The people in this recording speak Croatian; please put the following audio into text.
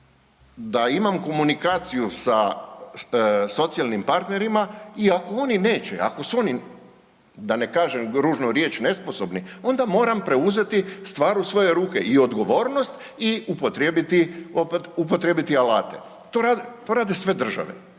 da imam komunikaciju sa socijalnim partnerima i ako oni neće, ako su oni da ne kažem ružnu riječ nesposobni onda moram preuzeti stvar u svoje ruke i odgovornost i upotrijebiti alate. To rade sve države.